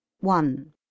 One